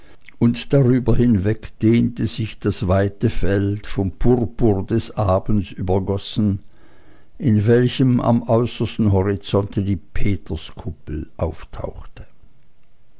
und darüber hinweg dehnte sich das weite feld vom purpur des abends übergossen in welchem am äußersten horizonte die peterskuppel auftauchte